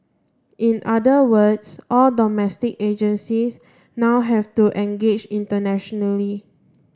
in other words all domestic agencies now have to engage internationally